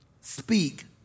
speak